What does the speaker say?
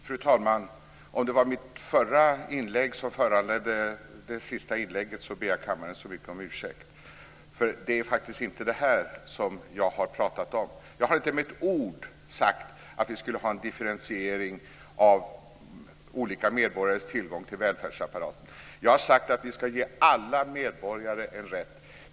Fru talman! Om det var mitt förra inlägg som föranledde det sista inlägget så ber jag kammaren så mycket om ursäkt. Det är faktisk inte det här som jag har pratat om. Jag har inte med ett ord sagt att vi skulle ha en differentiering av olika medborgares tillgång till välfärdsapparaten. Jag har sagt att vi ska ge alla medborgare denna rätt.